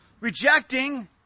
rejecting